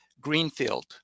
Greenfield